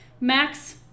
Max